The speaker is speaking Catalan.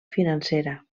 financera